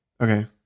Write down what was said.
Okay